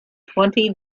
twenty